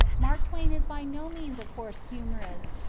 mark twain is by no means a coarse humorist,